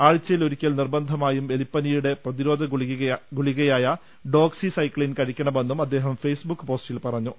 ആഴ്ചയിലൊരിക്കൽ നിർബന്ധമായും എലിപ്പനിയുടെ പ്രതിരോധ ഗുളികയായ ഡോക്സിസൈക്കിൻ കഴി ക്കണമെന്നും അദ്ദേഹം ഫെയ്സ്ബുക്ക് പോസ്റ്റിൽ പറഞ്ഞു